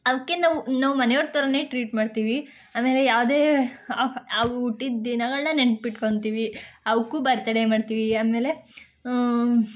ಅವಕ್ಕೆ ನಾವ್ ನಾವ್ ಮನೆಯವ್ರು ಥರನೇ ಟ್ರೀಟ್ ಮಾಡ್ತೀವಿ ಆಮೇಲೆ ಯಾವುದೇ ಅವು ಹುಟ್ಟಿದ ದಿನಗಳನ್ನ ನೆನಪಿಟ್ಕಂತೀವಿ ಅವಕ್ಕೂ ಬರ್ತಡೇ ಮಾಡ್ತೀವಿ ಆಮೇಲೆ